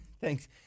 Thanks